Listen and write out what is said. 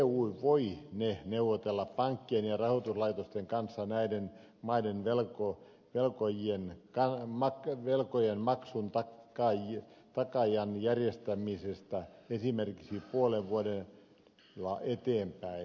eu voinee neuvotella pankkien ja rahoituslaitosten kanssa näiden maiden velkojen maksun järjestämisestä esimerkiksi puolella vuodella eteenpäin